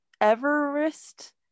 Everest